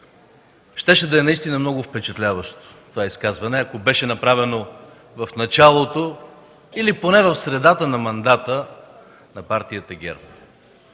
Щеше да е наистина много впечатляващо това изказване, ако беше направено в началото или поне в средата на мандата на партията ГЕРБ,